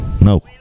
No